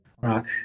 rock